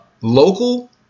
local